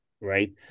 right